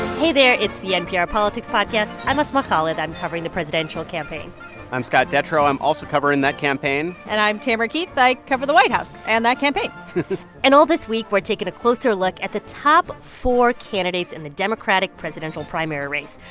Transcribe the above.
hey there. it's the npr politics podcast. i'm asma khalid. i'm covering the presidential campaign i'm scott detrow. i'm also covering that campaign and i'm tamara keith. i cover the white house and that campaign and all this week, we're taking a closer look at the top four candidates in the democratic presidential primary race.